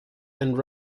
and